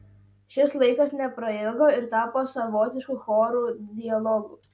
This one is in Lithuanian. šis laikas neprailgo ir tapo savotišku chorų dialogu